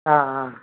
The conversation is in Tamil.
ஆ ஆ